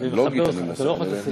לוגית אני מנסה,